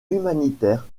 humanitaires